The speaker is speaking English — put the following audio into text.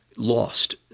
Lost